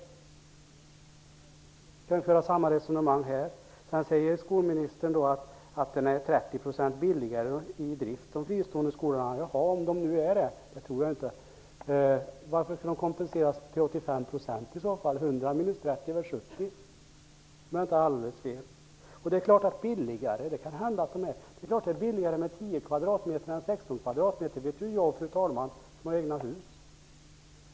Vi kan föra samma resonemang i det fallet. Skolministern säger att de fristående skolorna är 30 % billigare i drift. Om de nu är det, vilket jag inte tror, varför skulle de i så fall kompenseras till 85 %? 100 minus 30 blir ju 70. Det är vidare klart att det är billigare med 10 kvadratmeter än med 16 kvadratmeter. Det förstår också jag, fru talman, som har egna hus.